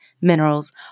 minerals